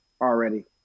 already